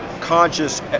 conscious